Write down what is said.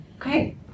Okay